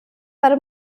para